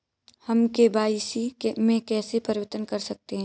हम के.वाई.सी में कैसे परिवर्तन कर सकते हैं?